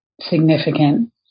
significant